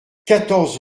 quatorze